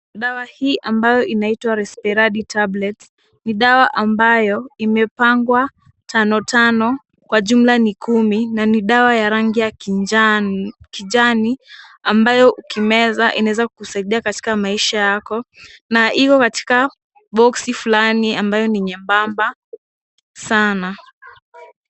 Dawa hii ambayo inaitwa Resperadi tablets ni dawa ambayo imepangwa tano tano kwa jumla ni kumi na ni dawa ya rangi ya kijano, kijani ambayo ukimeza inaweza kukusaidia katika maisha yako na iko katika boksi fulani ambayo ni nyembamba sana.